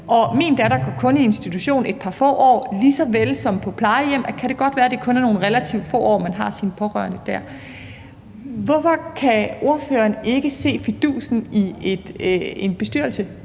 Og min datter går kun i institution i nogle få år, lige så vel som det på et plejehjem kan være, at det kun er nogle relativt få år, man har sin pårørende dér. Hvorfor kan ordføreren ikke se fidusen i en bestyrelse